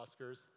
Oscars